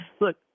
Look